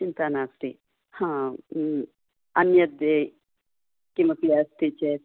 चिन्ता नास्ति आम् अन्यत् किमपि अस्ति चेत्